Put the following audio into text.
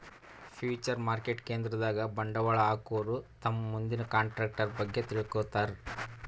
future market ಕೇಂದ್ರದಾಗ್ ಬಂಡವಾಳ್ ಹಾಕೋರು ತಮ್ ಮುಂದಿನ ಕಂಟ್ರಾಕ್ಟರ್ ಬಗ್ಗೆ ತಿಳ್ಕೋತಾರ್